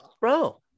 bro